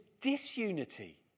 disunity